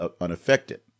unaffected